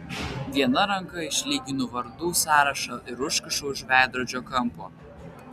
viena ranka išlyginu vardų sąrašą ir užkišu už veidrodžio kampo